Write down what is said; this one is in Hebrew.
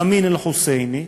אמין אל-חוסייני,